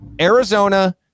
Arizona